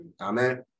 amen